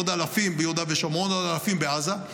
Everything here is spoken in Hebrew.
ועוד אלפים ביהודה ושומרון ועוד אלפים בעזה.